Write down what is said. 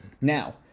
Now